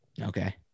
okay